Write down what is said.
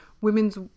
Women's